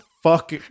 fuck